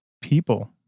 people